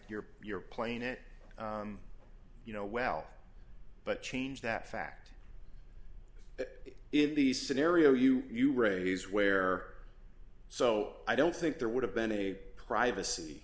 you're you're playing it you know well but change that fact in the scenario you you raised where so i don't think there would have been a privacy